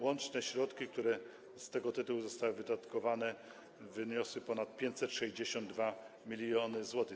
Łączne środki, które z tego tytułu zostały wydatkowane, wyniosły ponad 562 mln zł.